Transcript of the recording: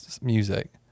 music